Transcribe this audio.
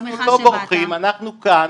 אנחנו לא בורחים, אנחנו כאן